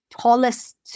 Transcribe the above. tallest